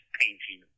painting